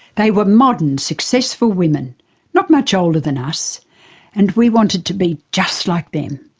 they were modern, successful women not much older than us and we wanted to be just like them.